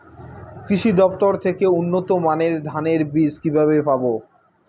কৃষি দফতর থেকে উন্নত মানের ধানের বীজ কিভাবে পাব?